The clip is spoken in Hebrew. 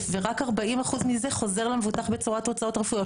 ורק 40% מזה חוזר למבוטח בצורת הוצאות רפואיות.